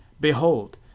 Behold